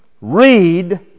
read